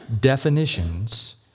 definitions